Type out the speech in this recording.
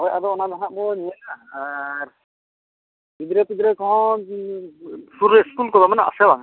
ᱦᱳᱭ ᱟᱫᱚ ᱚᱱᱟ ᱫᱚ ᱱᱟᱦᱟᱜ ᱵᱚ ᱧᱮᱞᱟ ᱟᱨ ᱜᱤᱫᱽᱨᱟᱹ ᱯᱤᱫᱽᱨᱟᱹ ᱠᱚᱦᱚᱸ ᱥᱩᱨ ᱨᱮ ᱥᱠᱩᱞ ᱠᱚᱫᱚ ᱢᱮᱱᱟᱜᱼᱟ ᱥᱮ ᱵᱟᱝᱟ